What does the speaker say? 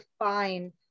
define